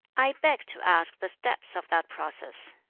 i beg to ask the steps of that process